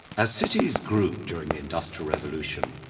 as cities grew during the industrial revolution,